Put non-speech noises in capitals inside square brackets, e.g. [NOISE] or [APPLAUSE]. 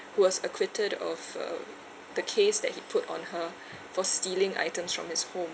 was acquitted of uh the case that he put on her [BREATH] for stealing items from his home